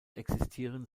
existieren